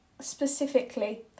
specifically